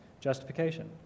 Justification